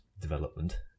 development